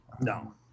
no